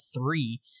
three